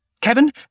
Kevin